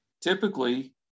Typically